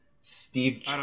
Steve